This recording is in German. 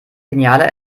genialer